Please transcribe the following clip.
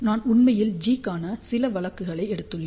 நான் உண்மையில் G கான சில வழக்குகளை எடுத்துள்ளேன்